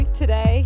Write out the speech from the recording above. today